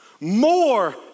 More